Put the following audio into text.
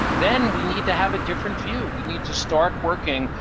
then we need to have a different view. we need to start working,